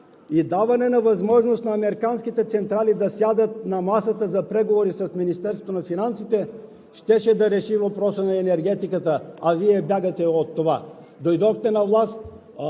…и даване на възможност на американските централи да сядат на масата за преговори с Министерството на финансите, щеше да реши въпроса на енергетиката, а Вие бягате от това. Дойдохте на власт